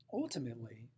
ultimately